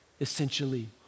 essentially